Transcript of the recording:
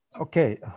Okay